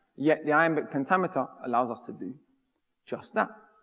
yet, the iambic pentameter allows us to do just that.